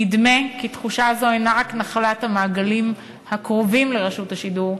נדמה כי תחושה זו אינה רק נחלת המעגלים הקרובים לרשות השידור,